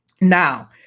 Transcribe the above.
Now